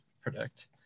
predict